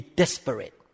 desperate